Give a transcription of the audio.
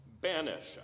banish